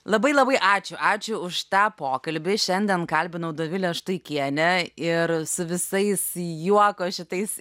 labai labai ačiū ačiū už tą pokalbį šiandien kalbinau dovilę štuikienę ir su visais juoko šitais